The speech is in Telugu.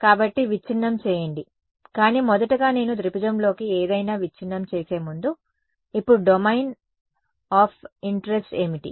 కాబట్టి విచ్ఛిన్నం చేయండి కానీ మొదటగా నేను త్రిభుజంలోకి ఏదైనా విచ్ఛిన్నం చేసే ముందు ఇప్పుడు డొమైన్ అఫ్ ఇంటరెస్ట్ ఏమిటి